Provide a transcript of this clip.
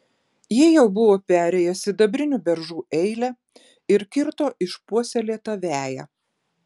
jie jau buvo perėję sidabrinių beržų eilę ir kirto išpuoselėtą veją